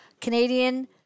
Canadian